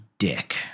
Dick